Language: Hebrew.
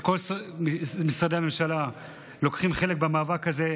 וכל משרדי הממשלה לוקחים חלק במאבק הזה.